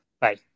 Bye